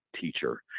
teacher